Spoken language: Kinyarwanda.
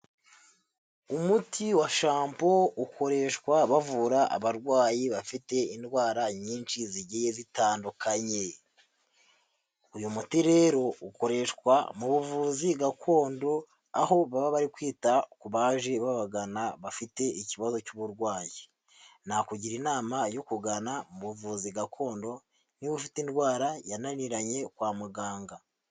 Umuti wa Shampo ukoreshwa bavura abarwayi bafite indwara nyinshi zigiye zitandukanye. Uyu muti rero ukoreshwa mu buvuzi gakondo, aho baba bari kwita ku baje babagana bafite ikibazo cy'uburwayi, nakugira inama yo kugana mu buvuzi gakondo niba ufite indwara yananiranye kwa muganga.